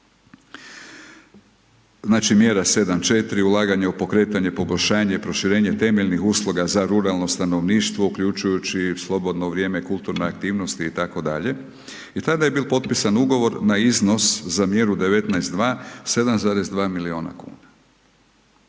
znači mjera 7.4 Ulaganje u pokretanje, poboljšanje i proširenje temeljnih usluga za ruralno stanovništvo uključujući i slobodno vrijeme, kulturne aktivnosti i tako dalje, i tada je bil potpisan ugovor na iznos, za mjeru 19.2, 7,2 milijuna kuna.